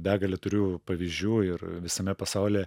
begalę turiu pavyzdžių ir visame pasaulyje